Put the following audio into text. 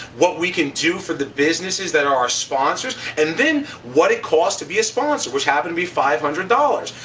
what we can do for the businesses that are our sponsors. and then what it costs to be a sponsor, which happened to be five hundred dollars.